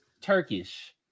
Turkish